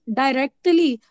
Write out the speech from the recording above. directly